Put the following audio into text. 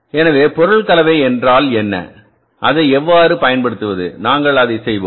எனவே பொருள் கலவை என்றால் என்ன அதை எவ்வாறு பயன்படுத்துவது நாங்கள் அதைச் செய்வோம்